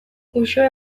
uxue